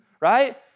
right